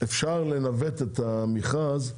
אפשר לנווט את המכרז.